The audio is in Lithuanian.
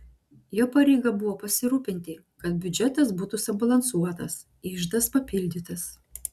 jo pareiga buvo pasirūpinti kad biudžetas būtų subalansuotas iždas papildytas